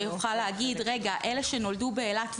שיכול להגיד: אלה שנולדו באילת והועברו,